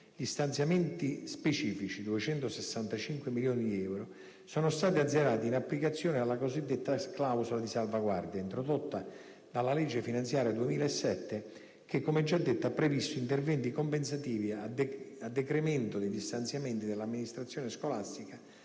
gli stanziamenti specifici (265 milioni di euro) sono stati azzerati in applicazione della suddetta clausola di salvaguardia introdotta dalla legge finanziaria 2007 che, come già detto, ha previsto interventi compensativi a decremento degli stanziamenti dell'amministrazione scolastica,